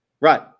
Right